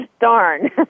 Darn